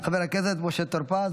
חבר הכנסת משה טור פז,